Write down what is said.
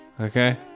Okay